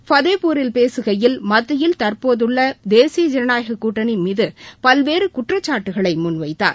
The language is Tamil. ஃபதேபூரில் பேசுகையில் மத்தியில் தற்போதுள்ளதேசிய ஜனநாயகக் கூட்டணிமீதுபல்வேறுகுற்றச்சாட்டுகளைமுன்வைத்தார்